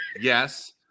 Yes